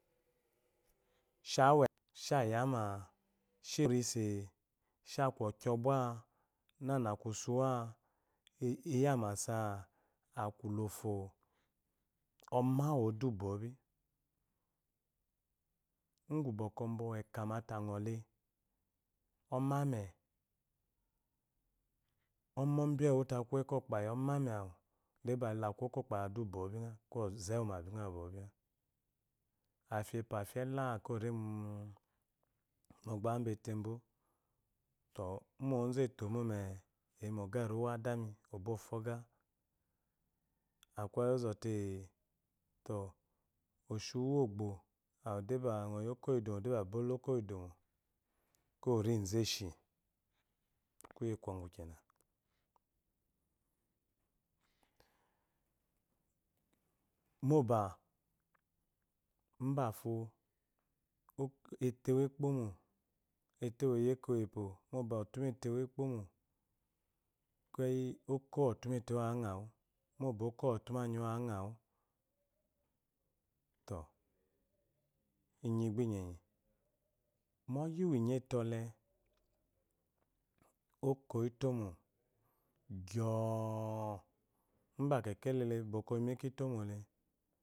Ishi ayama, ishi eyi rinse ishi aku ɔkwɔbwa nana aku usuwa eyi amasa, aku ulofo umawuode ubwpo bi ugwu bwɔkɔowo ekama te a gole oma ame, oma ombi uwewu te aku wu okpayi oma ombi uwewu ta aku wu okopayii oma ameh dai ele akokpayi awu dai ubwole ngha, kwao onze wuma bingha ibwo adi epo afiela ekeyi oremo ogba wumbetembo to agaruwu uwuadami, obafu agah akweyi ozote eto oshiwu ogbo? Agɔyi oko uwuw edomo ekeyi ori nzeshi kuye kwɔgwumo ba mbafo etewu ekpomo etewu eyi ekop wepo moba ɔtemetewu anghawu moba oko ɔtemetewu anghawu moba oko otemeanyiwu anghawu to enyi gba enyeye. mu ɔyi unyete ole oko itomo gyo-o-o umba kekelele oyi mu eko itomo